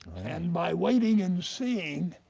and by waiting and seeing,